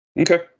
Okay